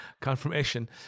confirmation